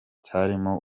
cyarimo